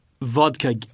vodka